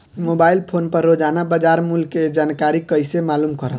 Mobile phone पर रोजाना बाजार मूल्य के जानकारी कइसे मालूम करब?